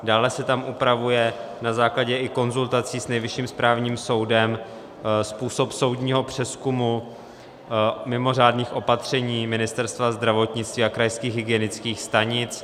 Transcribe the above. Dále se tam upravuje na základě i konzultací s Nejvyšším správním soudem způsob soudního přezkumu mimořádných opatření Ministerstva zdravotnictví a krajských hygienických stanic.